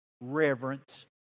reverence